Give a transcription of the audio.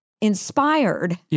inspired